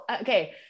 okay